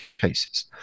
cases